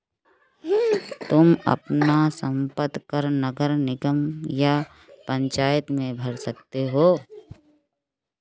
तुम अपना संपत्ति कर नगर निगम या पंचायत में भर सकते हो